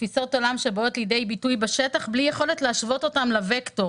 תפיסות עולם שבאות לידי ביטוי בשטח בלי יכולת להשוות אותן לווקטור,